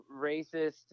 racist